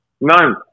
None